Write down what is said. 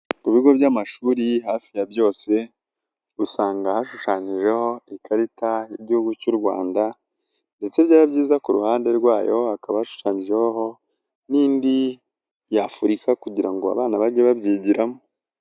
Ku bigo by'amashuri hafi ya byose, usanga hashushanyijeho ikarita y'Igihugu cy'u Rwanda ndetse byaba byiza ku ruhande rwayo, hakaba hashushanyijeho n'indi y'Afurika kugira ngo abana bajye babyigiramo.